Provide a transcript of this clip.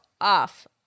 off